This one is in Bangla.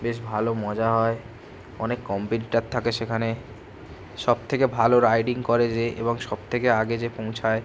বেশ ভালো মজা হয় অনেক কম্পিটিটার থাকে সেখানে সবথেকে ভালো রাইডিং করে যে এবং সবথেকে আগে যে পৌঁছায়